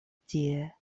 tie